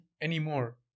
anymore